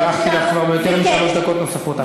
הארכתי לך כבר ביותר משלוש דקות נוספות,